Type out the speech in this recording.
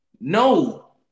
No